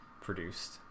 produced